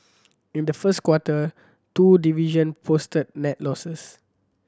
in the first quarter two division posted net losses